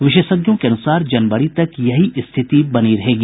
विशेषज्ञों के अनुसार जनवरी तक ये ही स्थिति बनी रहेगी